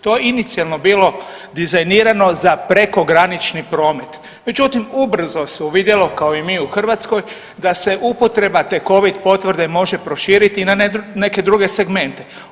To inicijalno bilo dizajnirano za prekogranični promet, međutim, ubrzo se uvidjelo, kao i mi u Hrvatskoj, da se upotreba te Covid potvrde može proširiti i na neke druge segmente.